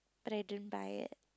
but I didn't buy it